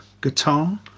guitar